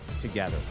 together